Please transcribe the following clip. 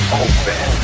open